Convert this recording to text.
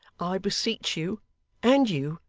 i beseech you and you,